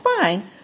fine